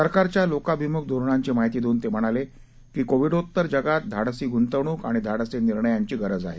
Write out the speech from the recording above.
सरकारच्या लोकाभिमुख धोरणांची माहिती देऊन ते म्हणाले की कोविडोत्तर जगात धाडसी गुंतवणूक आणि धाडसी निर्णयांची गरज आहे